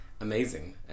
Amazing